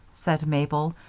said mabel,